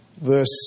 verse